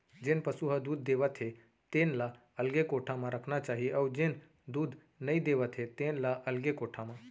जेन पसु ह दूद देवत हे तेन ल अलगे कोठा म रखना चाही अउ जेन दूद नइ देवत हे तेन ल अलगे कोठा म